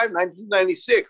1996